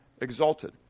exalted